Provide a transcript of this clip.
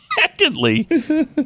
Secondly